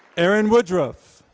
erin woodruff,